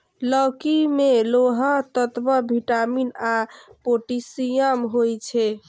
लौकी मे लौह तत्व, विटामिन आ पोटेशियम होइ छै